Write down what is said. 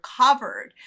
covered